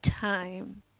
time